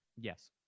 yes